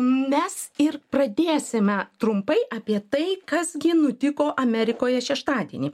mes ir pradėsime trumpai apie tai kas gi nutiko amerikoje šeštadienį